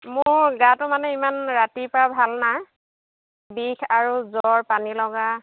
মোৰ গাটো মানে ইমান ৰাতিৰ পৰা ভাল নাই বিষ আৰু জ্বৰ পানীলগা